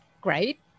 great